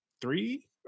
three